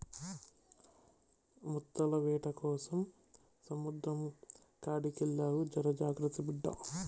ముత్తాల వేటకోసం సముద్రం కాడికెళ్తున్నావు జర భద్రం బిడ్డా